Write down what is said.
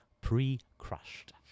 pre-crushed